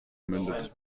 mündet